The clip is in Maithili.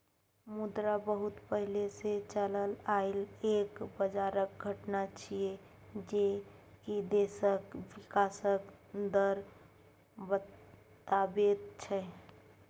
मुद्रा बहुत पहले से चलल आइल एक बजारक घटना छिएय जे की देशक विकासक दर बताबैत छै